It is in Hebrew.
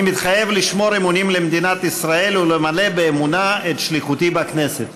אני מתחייב לשמור אמונים למדינת ישראל ולמלא באמונה את שליחותי בכנסת.